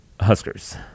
Huskers